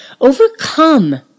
overcome